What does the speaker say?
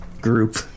group